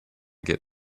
get